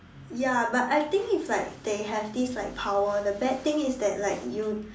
ya but I think it's like they have this like power the bad thing is that like you